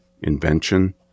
invention